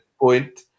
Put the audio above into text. point